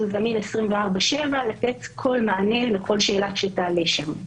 שהוא זמין 24/7 לתת כל מענה לכל שאלה שתעלה שם.